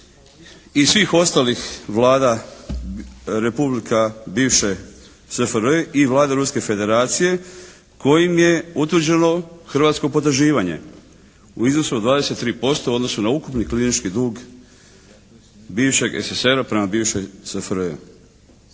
i svih ostalih vlada republika bivše SFRJ i vlada Ruske federacije kojim je utvrđeno hrvatsko potraživanje u iznosu od 23% u odnosu na ukupni klirinški dug bivšeg SSSR-a prema bivšoj SFRJ.